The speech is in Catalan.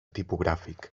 tipogràfic